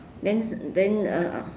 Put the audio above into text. then then uh